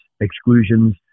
exclusions